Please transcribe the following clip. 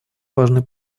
важной